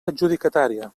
adjudicatària